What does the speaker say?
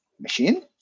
machine